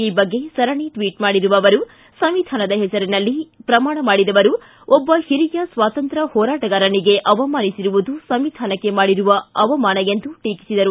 ಈ ಬಗ್ಗೆ ಸರಣಿ ಟ್ವೀಟ್ ಮಾಡಿರುವ ಅವರು ಸಂವಿಧಾನದ ಹೆಸರಲ್ಲಿ ಪ್ರಮಾಣ ಮಾಡಿದವರು ಒಬ್ಬ ಹಿರಿಯ ಸ್ವಾತಂತ್ರ್ಯ ಹೋರಾಟಗಾರನಿಗೆ ಅವಮಾನಿಸಿರುವುದು ಸಂವಿಧಾನಕ್ಕೆ ಮಾಡಿರುವ ಅವಮಾನ ಎಂದು ಟೀಕಿಸಿದರು